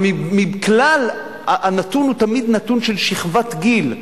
הנתון הוא תמיד נתון של שכבת גיל,